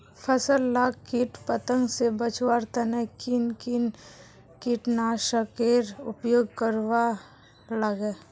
फसल लाक किट पतंग से बचवार तने किन किन कीटनाशकेर उपयोग करवार लगे?